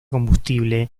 combustible